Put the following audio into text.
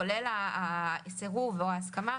כולל הסירוב או ההסכמה,